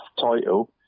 title